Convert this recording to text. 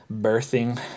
birthing